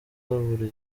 buri